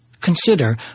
Consider